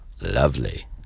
lovely